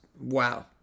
wow